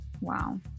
Wow